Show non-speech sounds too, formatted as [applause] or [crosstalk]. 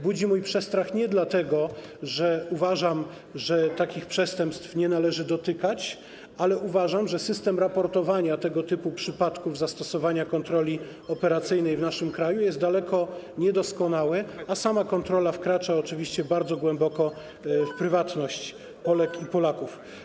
Budzi to mój przestrach nie dlatego, że uważam, że takich przestępstw nie należy dotykać, ale uważam, że system raportowania tego typu przypadków zastosowania kontroli operacyjnej w naszym kraju jest daleko niedoskonały, a sama kontrola wkracza oczywiście bardzo głęboko w prywatność [noise] Polek i Polaków.